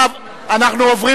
אנחנו עוברים